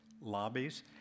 lobbies